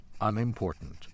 unimportant